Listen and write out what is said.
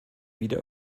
wieder